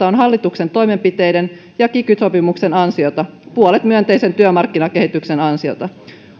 on hallituksen toimenpiteiden ja kiky sopimuksen ansiota puolet myönteisen työmarkkinakehityksen ansiota